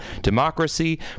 democracy